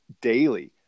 daily